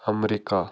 America